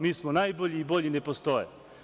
Mi smo najbolji i bolji ne postoje.